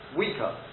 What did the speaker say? weaker